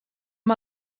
amb